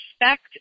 respect